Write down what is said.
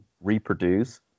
reproduce